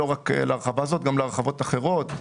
זאת ואחרות.